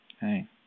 hey